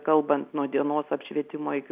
kalbant nuo dienos apšvietimo iki